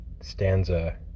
stanza